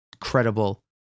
credible